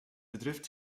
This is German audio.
betrifft